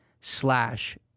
slash